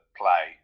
play